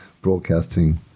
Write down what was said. broadcasting